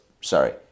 sorry